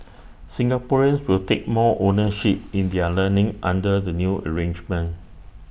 Singaporeans will take more ownership in their learning under the new arrangement